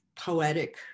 poetic